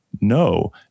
No